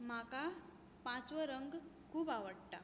म्हाका पांचवो रंग खूब आवडटा